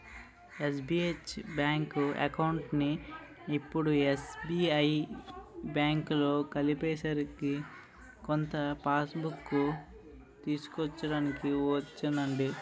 SBH bank అకౌంట్ని ఇప్పుడు SBI బాంకులో కలిపేసారని కొత్త పాస్బుక్కు తీస్కోడానికి ఒచ్చానండి